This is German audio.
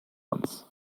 uns